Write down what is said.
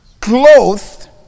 clothed